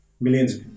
millions